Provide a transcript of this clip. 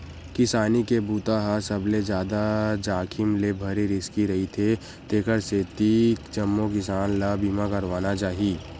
किसानी के बूता ह सबले जादा जाखिम ले भरे रिस्की रईथे तेखर सेती जम्मो किसान ल बीमा करवाना चाही